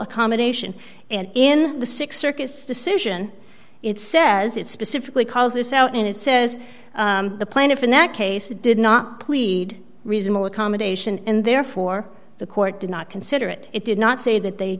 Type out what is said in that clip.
accommodation and in the six circus decision it says it specifically calls this out and it says the plaintiff in that case did not plead reasonable accommodation and therefore the court did not consider it it did not say that they